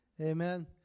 Amen